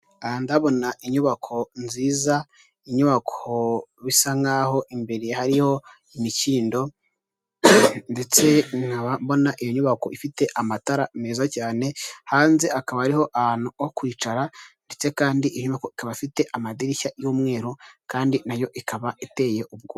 Hoteli zitandukanye zo mu Rwanda bakunze kubaka ibyo bakunze kwita amapisine mu rurimi rw'abanyamahanga aho ushobora kuba wahasohokera nabawe mukaba mwahagirira ibihe byiza murimo muroga mwishimisha .